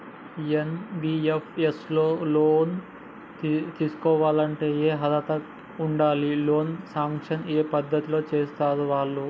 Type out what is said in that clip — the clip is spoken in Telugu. ఎన్.బి.ఎఫ్.ఎస్ లో లోన్ తీస్కోవాలంటే ఏం అర్హత ఉండాలి? లోన్ సాంక్షన్ ఏ పద్ధతి లో చేస్తరు వాళ్లు?